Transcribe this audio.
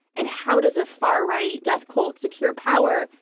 and how does a far right death cult secure power?